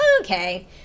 okay